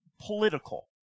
political